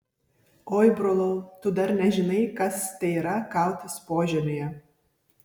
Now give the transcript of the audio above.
oi brolau tu dar nežinai kas tai yra kautis požemyje